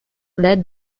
led